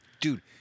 Dude